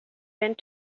went